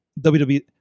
WWE